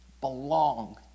belong